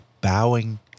bowing